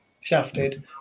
shafted